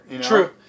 True